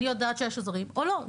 או לא?